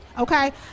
Okay